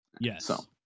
Yes